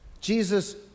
Jesus